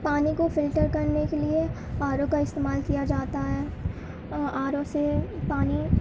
پانی کو فلٹر کرنے کے لیے آر او کا استعمال کیا جاتا ہے آر او سے پانی